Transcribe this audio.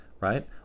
right